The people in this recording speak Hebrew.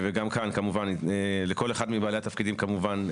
וחוזר מנכ"ל משרד הפנים מאוד ברור בעניין